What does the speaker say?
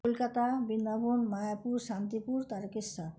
Kolkata Vrindavan Mayapur Shantipur Tarakeswar